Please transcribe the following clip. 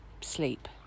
sleep